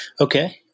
Okay